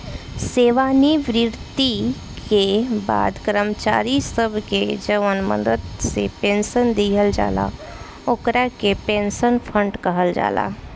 सेवानिवृत्ति के बाद कर्मचारी सब के जवन मदद से पेंशन दिहल जाला ओकरा के पेंशन फंड कहल जाला